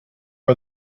are